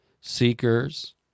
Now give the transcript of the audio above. seekers